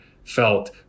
felt